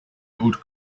old